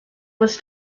was